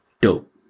Dope